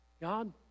God